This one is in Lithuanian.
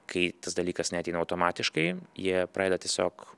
kai tas dalykas neateina automatiškai jie pradeda tiesiog